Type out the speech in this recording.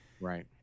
Right